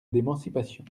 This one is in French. d’émancipation